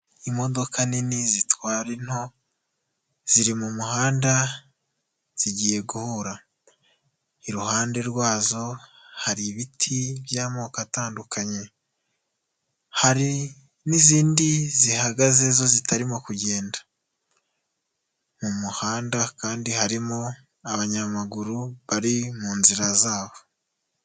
Imodoka nini zitwara into, ziri mu muhanda, zigiye guhura. Iruhande rwazo hari ibiti by'amoko atandukanye. Hari n'izindi zihagaze zo zitarimo kugenda. Mu muhanda kandi harimo abanyamaguru bari mu nzira zabo.